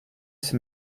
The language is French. ces